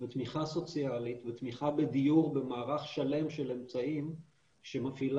ותמיכה סוציאלית ותמיכה בדיור במערך שלם של אמצעים שמפעיל